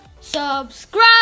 Subscribe